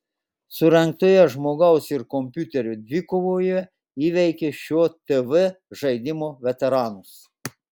surengtoje žmogaus ir kompiuterio dvikovoje įveikė šio tv žaidimo veteranus